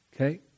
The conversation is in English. Okay